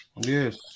Yes